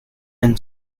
and